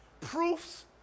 Proofs